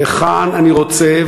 וכאן אני רוצה,